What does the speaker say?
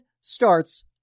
starts